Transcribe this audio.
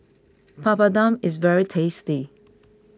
Papadum is very tasty